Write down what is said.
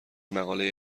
مقاله